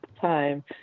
time